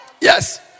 Yes